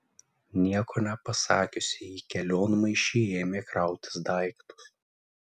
nieko nepasakiusi į kelionmaišį ėmė krautis daiktus